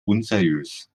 unseriös